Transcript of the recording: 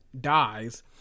dies